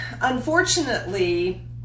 unfortunately